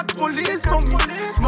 police